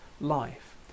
life